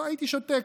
הייתי שותק,